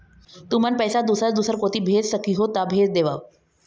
तुमन पैसा दूसर दूसर कोती भेज सखीहो ता भेज देवव?